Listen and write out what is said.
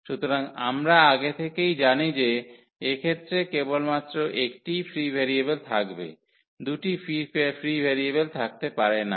সুতরাং আমরা আগে থেকেই জানি যে এক্ষেত্রে কেবলমাত্র একটিই ফ্রি ভেরিয়েবল থাকবে দুটি ফ্রি ভেরিয়েবল থাকতে পারে না